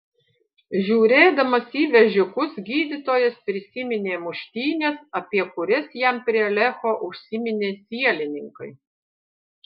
žiūrėdamas į vežikus gydytojas prisiminė muštynes apie kurias jam prie lecho užsiminė sielininkai